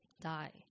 die